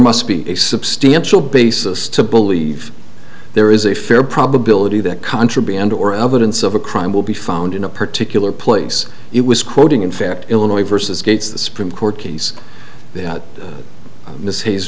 must be a substantial basis to believe there is a fair probability that contraband or evidence of a crime will be found in a particular place it was quoting in fact illinois vs gates the supreme court case that this has